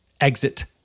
exit